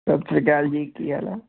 ਸਤਿ ਸ਼੍ਰੀ ਅਕਾਲ ਜੀ ਕੀ ਹਾਲ ਆ